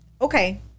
Okay